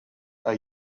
are